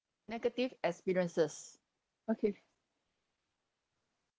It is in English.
negative experiences okay